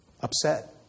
upset